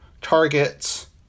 targets